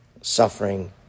suffering